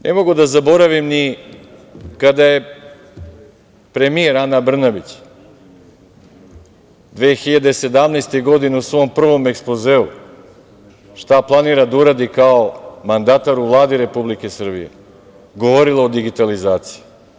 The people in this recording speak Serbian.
Ne mogu da zaboravim ni kada je premijer Ana Brnabić 2017. godine u svom prvom ekspozeu, šta planira da uradi kao mandatar u Vladi Republike Srbije, govorila o digitalizaciji.